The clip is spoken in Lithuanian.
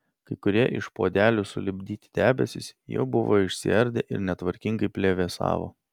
kai kurie iš puodelių sulipdyti debesys jau buvo išsiardę ir netvarkingai plevėsavo